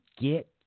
get